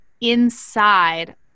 inside